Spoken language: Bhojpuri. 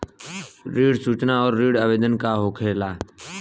ऋण सूचना और ऋण आवेदन का होला?